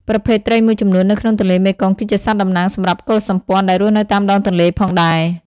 ប្រភេទត្រីមួយចំនួននៅក្នុងទន្លេមេគង្គ ក៏ជាសត្វតំណាងសម្រាប់កុលសម្ព័ន្ធដែលរស់នៅតាមដងទន្លេផងដែរ។